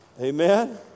Amen